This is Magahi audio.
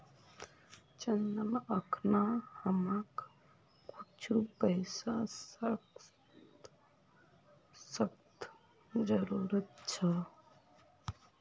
चंदन अखना हमाक कुछू पैसार सख्त जरूरत छ